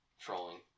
trolling